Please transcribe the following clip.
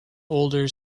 older